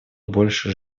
больше